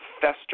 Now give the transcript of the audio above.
fester